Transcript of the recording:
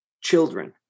children